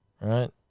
right